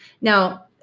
now